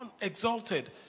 exalted